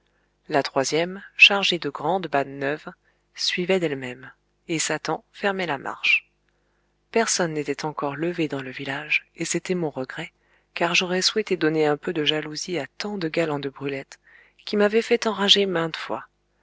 la troisième chargée de grandes bannes neuves suivait d'elle-même et satan fermait la marche personne n'était encore levé dans le village et c'était mon regret car j'aurais souhaiter donner un peu de jalousie à tant de galants de brulette qui m'avaient fait enrager maintes fois